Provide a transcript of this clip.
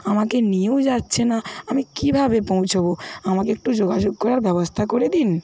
আমাকে নিয়েও যাচ্ছে না আমি কীভাবে পৌঁছোবো আমাকে একটু যোগাযোগ করার ব্যবস্থা করে দিন